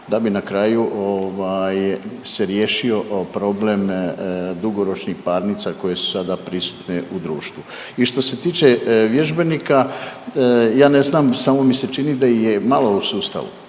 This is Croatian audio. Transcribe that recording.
da bi na kraju se riješio problem dugoročnih parnica koje su sada prisutne u društvu. I što se tiče vježbenika ja ne znam, samo mi se čini da ih je malo u sustavu,